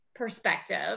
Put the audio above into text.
perspective